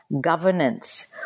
governance